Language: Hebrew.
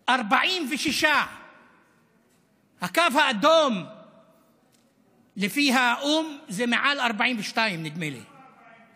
46. הקו האדום לפי האו"ם זה מעל 42, נדמה לי.